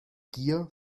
gier